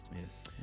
Yes